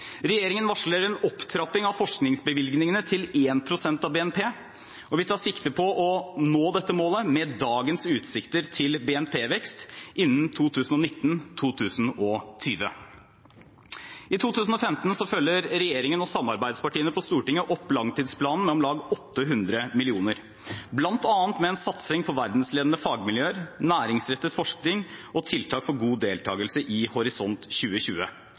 Regjeringen varsler en opptrapping av forskningsbevilgningene til 1 pst. av BNP, og vi tar sikte på å nå dette målet med dagens utsikter til BNP-vekst innen 2019/2020. I 2015 følger regjeringen og samarbeidspartiene på Stortinget opp langtidsplanen med om lag 800 mill. kr, bl.a. med en satsing på verdensledende fagmiljøer, næringsrettet forskning og tiltak for god deltagelse i Horizon 2020.